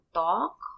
talk